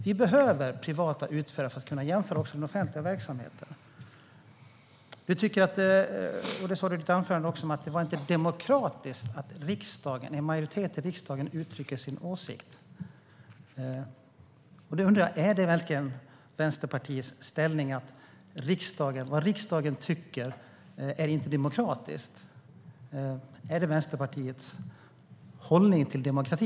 Vi behöver privata utförare också för att kunna jämföra med den offentliga verksamheten. Du sa i ditt anförande att det inte är demokratiskt att en majoritet i riksdagen uttrycker sin åsikt. Då undrar jag: Är det verkligen Vänsterpartiets inställning att vad riksdagen tycker är inte demokratiskt? Är det Vänsterpartiets hållning till demokrati?